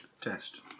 test